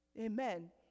Amen